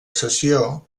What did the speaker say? cessió